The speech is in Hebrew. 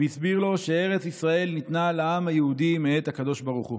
והסביר לו שארץ ישראל ניתנה לעם היהודי מאת הקדוש ברוך הוא.